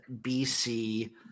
BC